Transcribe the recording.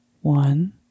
One